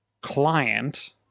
client